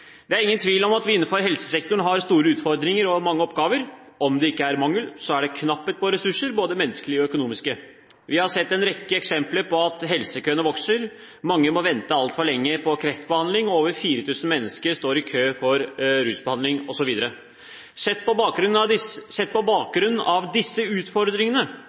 Det er ingen tvil om at vi innenfor helsesektoren har store utfordringer og mange oppgaver. Om det ikke er mangel, så er det knapphet på ressurser, både menneskelige og økonomiske. Vi har sett en rekke eksempler på at helsekøene vokser. Mange må vente altfor lenge på kreftbehandling, og over 4 000 mennesker står i kø for rusbehandling, osv. Sett på bakgrunn av disse utfordringene,